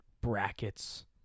brackets